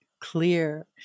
clear